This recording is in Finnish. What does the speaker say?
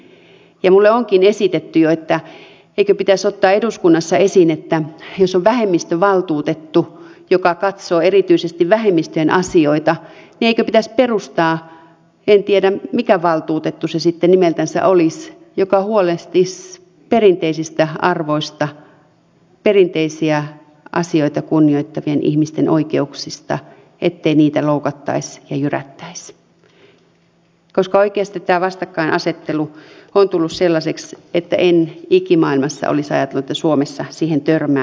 minulle onkin esitetty jo että eikö pitäisi ottaa eduskunnassa esiin että jos on vähemmistövaltuutettu joka katsoo erityisesti vähemmistöjen asioita niin eikö pitäisi perustaa en tiedä mikä valtuutettu se sitten nimeltänsä olisi joka huolehtisi perinteisistä arvoista perinteisiä asioita kunnioittavien ihmisten oikeuksista ettei niitä loukattaisi ja jyrättäisi koska oikeasti tämä vastakkainasettelu on tullut sellaiseksi että en ikimaailmassa olisi ajatellut että suomessa siihen törmää